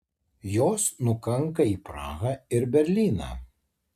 jos nukanka į prahą ir berlyną